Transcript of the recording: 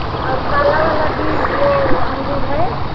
और काला वाला भी वह अंगूर है